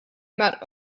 about